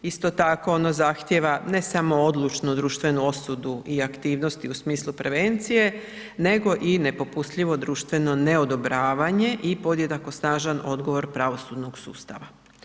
Isto tako, ono zahtijeva ne samo odlučnu društvenu osudu i aktivnosti u smislu prevencije, nego i nepopustljivo društveno neodobravanje i podjednako snažan odgovor pravosudnog sustava.